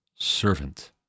servant